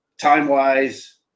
time-wise